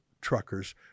truckers